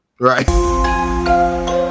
Right